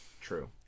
true